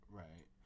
right